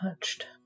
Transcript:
touched